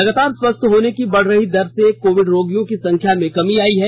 लगातार स्वस्थ होने की बढ रही दर से कोविड रोगियों की संख्या में कमी आई है